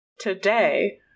Today